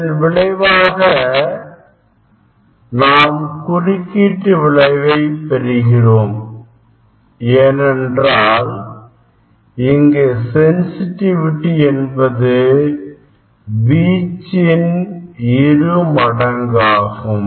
இதன் விளைவாக நாம் குறுக்கீட்டு விளைவை பெறுகிறோம் ஏனென்றால் இங்கு இன்டன்சிடி என்பது வீச்சின் இரு மடங்காகும்